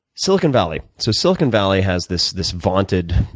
silicon valley, so silicon valley has this this vaunted,